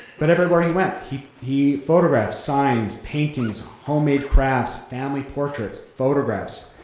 but everywhere he went, he he photographed signs, paintings, homemade crafts, family portraits, photographs.